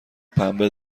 پنبه